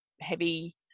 heavy